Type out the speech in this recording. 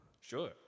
Sure